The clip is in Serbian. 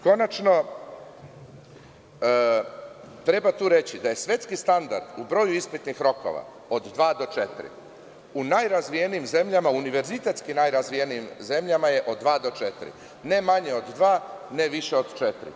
Konačno, treba tu reći, da je svetski standard u broju ispitnih rokova od dva do četiri, u najrazvijenijim zemljama, univerzitetski najrazvijenijim zemljama je od dva do četiri, ne manje od dva, ne više od četiri.